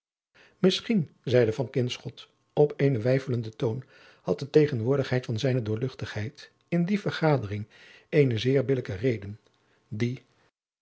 zeide van kinschot op eenen weifelenden toon had de tegenwoordigheid van zijne doorluchtigheid in die vergadering eene zeer billijke reden die